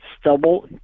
stubble